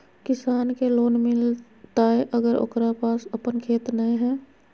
किसान के लोन मिलताय अगर ओकरा पास अपन खेत नय है?